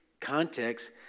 context